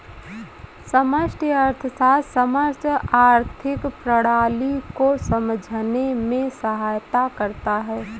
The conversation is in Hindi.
समष्टि अर्थशास्त्र समस्त आर्थिक प्रणाली को समझने में सहायता करता है